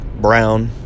Brown